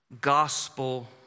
gospel